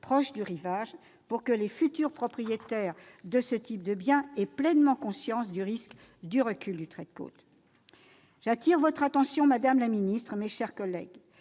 proche du rivage, pour que les futurs propriétaires de ce type de biens aient pleinement conscience du risque de recul du trait de côte. Madame la secrétaire d'État, mes chers collègues,